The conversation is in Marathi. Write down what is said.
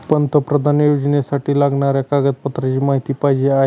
पंतप्रधान योजनेसाठी लागणाऱ्या कागदपत्रांची माहिती पाहिजे आहे